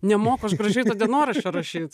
nemoku aš gražiai to dienoraščio rašyt